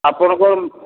ଆପଣଙ୍କ